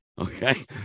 Okay